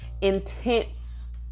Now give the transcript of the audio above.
intense